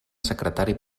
secretari